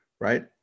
right